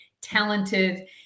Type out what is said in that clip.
talented